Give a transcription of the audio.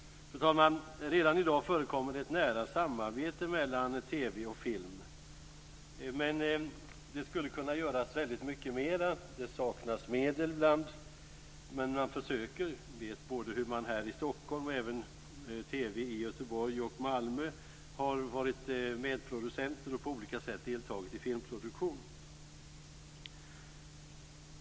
Fru talman! Redan i dag förekommer ett nära samarbete mellan TV och film. Men det skulle kunna göras mycket mer. Det saknas medel ibland, men man försöker. Jag vet att TV här i Stockholm, och även i Göteborg och Malmö, har varit medproducent och på olika sätt deltagit i filmproduktion.